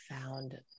found